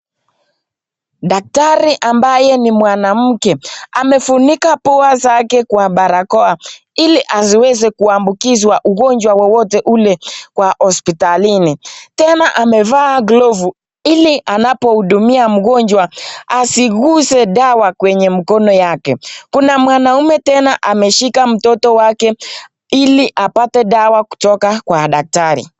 Daktari ambaye ni mwanamke amefunika pua zake kwa barakoa ili asiweze kuambukizwa ugonjwa wowote ule kwa hosiptalini, tena amevaa glovu ili anapohudumia mgonjwa asiguze dawa kwenye mkono yake, kuna mwanaume tena ameshika mtoto wake ili apate dawa kutoka kwa daktari.